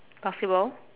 basketball